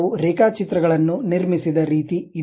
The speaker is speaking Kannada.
ನಾವು ರೇಖಾಚಿತ್ರಗಳನ್ನು ನಿರ್ಮಿಸಿದ ರೀತಿ ಇದು